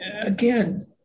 again